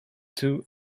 two